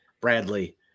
Bradley